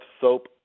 soap